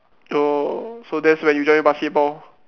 oh so that's when you join basketball